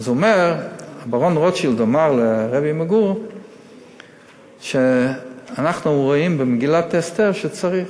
אז הברון רוטשילד אמר לרבי מגור שאנחנו רואים במגילת אסתר שצריך.